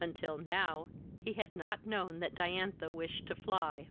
until now he had not known that diantha wished to fly.